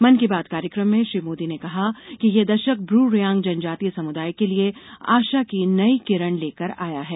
मन की बात कार्यक्रम में श्री मोदी ने कहा कि यह दशक ब्रू रियांग जनजातीय समुदाय के लिए आशा की नई किरण लेकर आया है